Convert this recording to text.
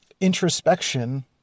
introspection